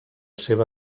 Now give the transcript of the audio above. seva